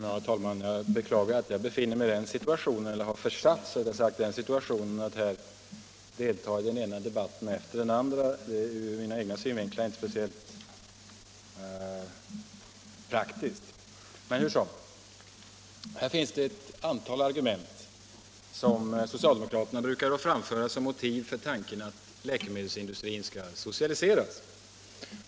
Herr talman! Jag beklagar att jag befinner mig i den situationen — eller har försatts i den situationen — att här delta i den ena debatten efter den andra. Det är ur min egen synvinkel inte speciellt praktiskt. Det finns ett antal argument som socialdemokrater brukar framföra som motiv för tanken att läkemedelsindustrin skall socialiseras.